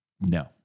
No